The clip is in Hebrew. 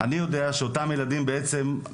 אני יודע שאותם ילדים בעצם,